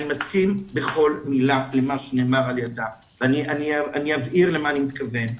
אני מסכים לכל מילה שנאמרה על ידה ואני אבהיר למה אני מתכוון.